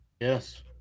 Yes